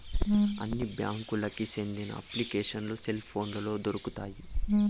అన్ని బ్యాంకులకి సెందిన అప్లికేషన్లు సెల్ పోనులో దొరుకుతాయి